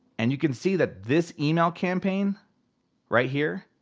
and you can see that this email campaign right here,